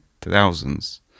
thousands